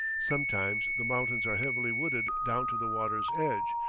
sometimes the mountains are heavily wooded down to the water's edge,